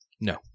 No